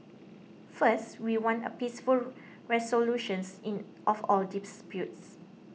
first we want a peaceful resolutions in of all disputes